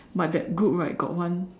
but that group right got one